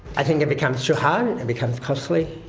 i think it becomes too hard, it becomes costly.